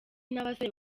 n’abasore